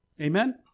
Amen